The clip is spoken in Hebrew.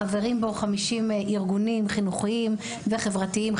חברים בו 50 ארגונים חינוכיים וחברתיים,